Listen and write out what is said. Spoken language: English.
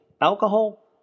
alcohol